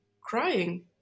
crying